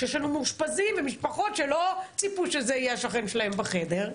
שיש לנו מאושפזים ומשפחות שלא ציפו שזה יהיה השכן שלהם בחדר,